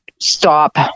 stop